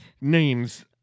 Names